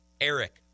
Eric